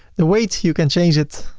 the weight you can change it.